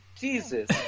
Jesus